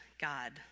God